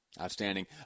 Outstanding